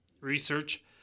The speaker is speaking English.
research